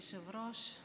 אדוני היושב-ראש,